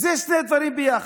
זה שני דברים ביחד: